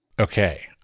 Okay